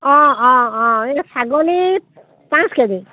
অঁ অঁ অঁ এই ছাগলী পাঁচ কে জি